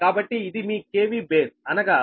కాబట్టి ఇది మీ KV బేస్ అనగా 12